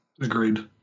agreed